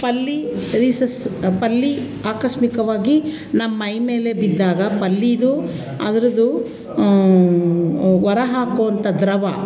ಪಲ್ಲಿ rhesus ಪಲ್ಲಿ ಆಕಸ್ಮಿಕವಾಗಿ ನಮ್ಮ ಮೈಮೇಲೆ ಬಿದ್ದಾಗ ಪಲ್ಲೀದು ಅದರದ್ದು ಹೊರ ಹಾಕುವಂಥ ದ್ರವ